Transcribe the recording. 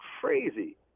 crazy